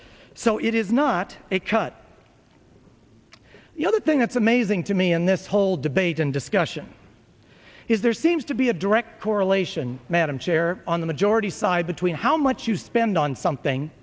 so it is not a cut the other thing that's amazing to me in this whole debate and discussion is there seems to be a direct correlation madam chair on the majority side between how much you spend on something